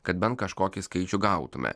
kad bent kažkokį skaičių gautume